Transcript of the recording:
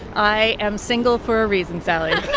i am single for a reason, sally